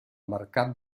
mercat